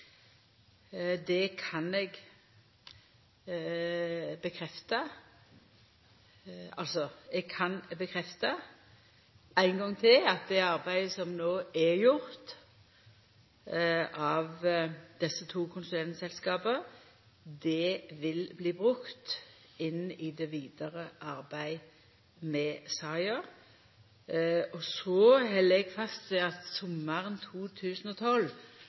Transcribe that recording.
Eg kan bekrefta ein gong til at det arbeidet som no er i gjort av desse to konsulentselskapa, vil bli brukt i det vidare arbeidet med saka. Så held eg fast ved at sommaren 2012